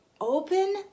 open